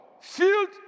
filled